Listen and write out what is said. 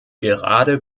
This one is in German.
gerade